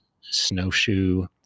snowshoe